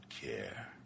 care